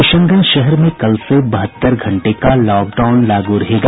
किशनगंज शहर में कल से बहत्तर घंटे का लॉकडाउन लागू रहेगा